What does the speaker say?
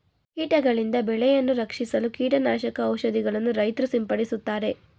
ಕೀಟಗಳಿಂದ ಬೆಳೆಯನ್ನು ರಕ್ಷಿಸಲು ಕೀಟನಾಶಕ ಔಷಧಿಗಳನ್ನು ರೈತ್ರು ಸಿಂಪಡಿಸುತ್ತಾರೆ